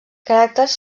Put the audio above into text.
caràcters